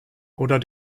oder